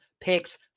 picks